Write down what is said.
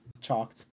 chalked